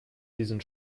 diesen